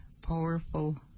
powerful